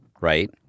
right